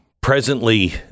presently